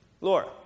Laura